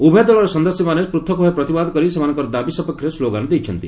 ଉଭୟ ଦଳର ସଦସ୍ୟମାନେ ପୂଥକ୍ଭାବେ ପ୍ରତିବାଦ କରି ସେମାନଙ୍କର ଦାବି ସପକ୍ଷରେ ସ୍କୋଗାନ ଦେଇଛନ୍ତି